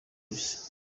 isi